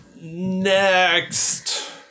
Next